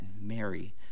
Mary